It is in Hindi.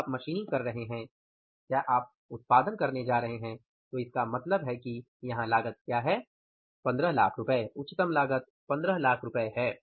जब आप मशीनिंग कर रहे हैं या आप उत्पादन करने जा रहे हैं तो इसका मतलब है कि यहां लागत क्या है 1500000 उच्चतम लागत 1500000 है